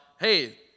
hey